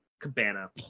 cabana